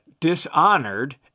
Dishonored